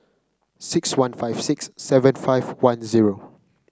six one five six seven five one zero